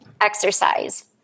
exercise